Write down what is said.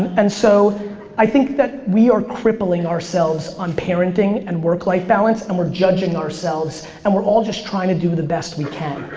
and so i think that we are crippling ourselves on parenting and work-life balance and we're judging ourselves and we're all just trying to do the best we can,